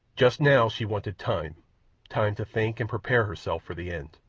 just now she wanted time time to think and prepare herself for the end.